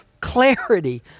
clarity